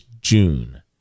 June